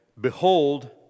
Behold